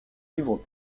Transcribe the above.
livres